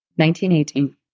1918